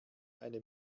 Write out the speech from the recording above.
eine